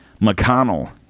McConnell